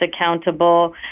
accountable